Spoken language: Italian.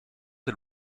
del